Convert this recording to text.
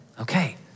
okay